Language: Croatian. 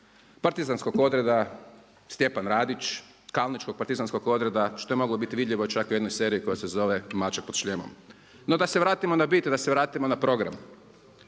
partizanskog odreda Stjepan Radić, kalničkog partizanskog odreda što je moglo biti vidljivo čak i u jednoj seriji koja se zove Mačak pod šljemom. No da se vratimo na bit, da se vratimo na program.